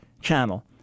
channel